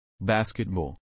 Basketball